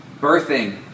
birthing